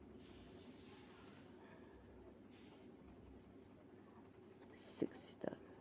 six seater